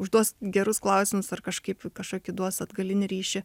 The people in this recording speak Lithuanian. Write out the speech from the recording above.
užduos gerus klausimus ar kažkaip kažkokį duos atgalinį ryšį